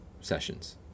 sessions